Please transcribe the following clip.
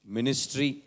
Ministry